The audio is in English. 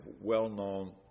well-known